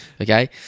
okay